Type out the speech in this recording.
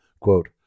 Quote